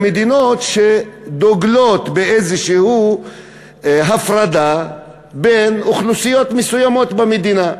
במדינות שדוגלות באיזו הפרדה בין אוכלוסיות מסוימות במדינה.